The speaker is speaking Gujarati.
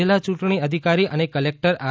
જિલ્લાર યૂંટણી અધિકારી અને કલેકટર આર